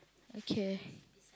okay